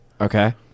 Okay